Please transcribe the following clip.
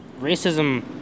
Racism